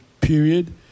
period